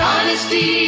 Honesty